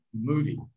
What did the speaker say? movie